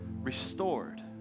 restored